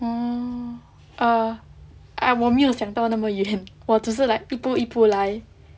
oh err 我没有想到那么远我只是 like 一步一步来